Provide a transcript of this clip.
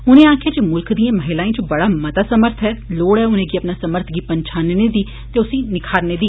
उनें आक्खेआ जे मुल्ख दियें महिलाएं च बड़ा मता समर्थ ऐ लोड़ ऐ उनेंगी अपने समर्थ गी पन्छानें दी ते उस्सी निखारने दी